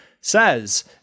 says